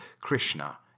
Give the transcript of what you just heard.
Krishna